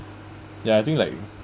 ya I think like